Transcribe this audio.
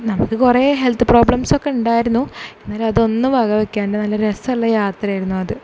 നമുക്ക് കുറേ health problems ഒക്കെ ഉണ്ടായിരുന്നു എന്നാലും അതൊന്നും വകവയ്ക്കാതെ നല്ല രസമുള്ള യാത്രയായിരുന്നു അത്